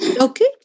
Okay